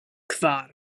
kvar